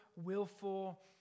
willful